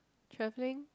travelling